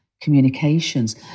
communications